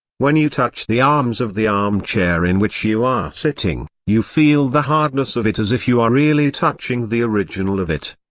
when you touch the arms of the armchair in which you are sitting, you feel the hardness of it as if you are really touching the original of it.